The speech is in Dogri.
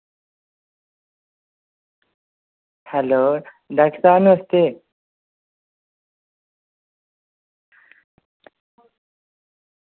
हैलो डॉक्टर साहब नमस्ते